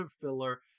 filler